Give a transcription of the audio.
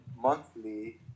monthly